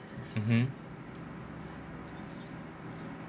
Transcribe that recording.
mmhmm